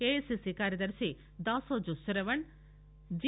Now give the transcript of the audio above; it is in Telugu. ఏఐసీసీ కార్యదర్తి దానోజు శ్రవణ్ జి